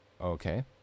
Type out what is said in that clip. Okay